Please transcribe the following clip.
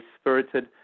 spirited